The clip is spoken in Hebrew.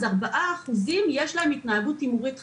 ל-4% יש התנהגות הימורים חמורה.